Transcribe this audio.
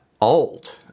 old